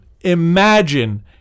imagine